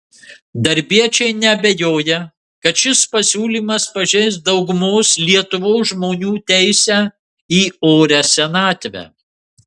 darbiečiai neabejoja kad šis pasiūlymas pažeis daugumos lietuvos žmonių teisę į orią senatvę